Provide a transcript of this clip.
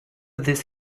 this